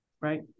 right